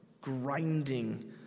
grinding